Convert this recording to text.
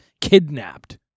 Kidnapped